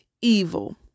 evil